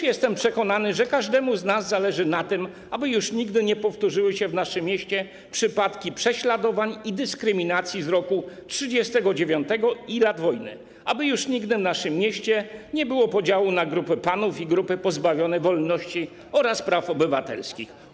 Jestem przekonany, że każdemu z nas zależy na tym, aby już nigdy nie powtórzyły się w naszym mieście przypadki prześladowań i dyskryminacji z roku 1939 i lat wojny, aby już nigdy w naszym mieście nie było podziału na grupy panów i grupy pozbawione wolności oraz praw obywatelskich.